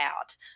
out